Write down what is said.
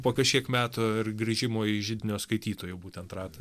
po kažkiek metų ir grįžimo į židinio skaitytojų būtent ratą